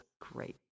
great